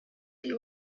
you